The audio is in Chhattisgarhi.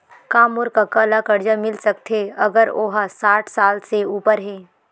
का मोर कका ला कर्जा मिल सकथे अगर ओ हा साठ साल से उपर हे?